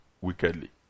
wickedly